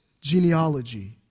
genealogy